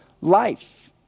life